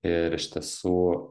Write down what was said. ir iš tiesų